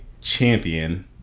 champion